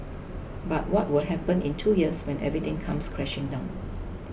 but what will happen in two years when everything comes crashing down